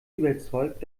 überzeugt